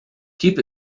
keep